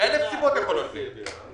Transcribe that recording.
אלף סיבות יכולות להיות.